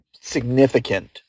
significant